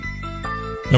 number